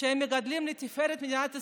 שהם מגדלים לתפארת מדינת ישראל.